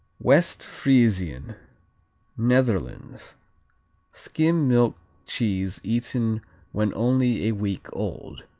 west friesian netherlands skim-milk cheese eaten when only a week old.